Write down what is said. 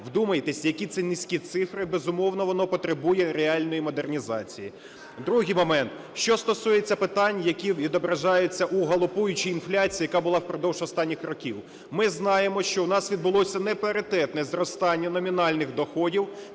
Вдумайтесь, які це низькі цифри! Безумовно, воно потребує реальної модернізації. Другий момент, що стосується питань, які відображаються в галопуючій інфляції, яка була впродовж останніх років. Ми знаємо, що в нас відбулося непаритетне зростання номінальних доходів